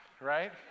right